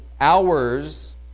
hours